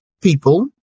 people